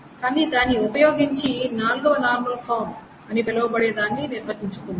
కానీ దాన్ని ఉపయోగించి 4 వ నార్మల్ ఫామ్ అని పిలవబడేదాన్ని నిర్వచించుకుందాం